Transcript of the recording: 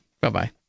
Bye-bye